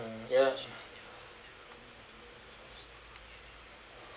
mm ya